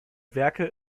werke